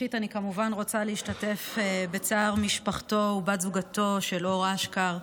ראשית אני כמובן רוצה להשתתף בצער משפחתו ובת זוגו של אור אשכר.